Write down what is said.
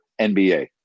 NBA